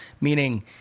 Meaning